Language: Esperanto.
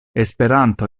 esperanto